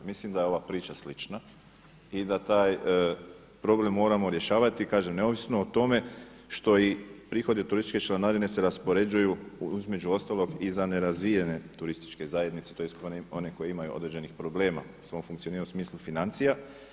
Mislim da je ova priča slična i da taj problem moramo rješavati neovisno o tome što i prihodi od turističke članarine se raspoređuju između ostalog i za nerazvijene turističke zajednice tj. one koje imaju određenih problema u svom funkcioniranju u smislu financija.